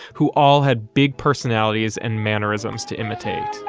who all had big personalities and mannerisms to imitate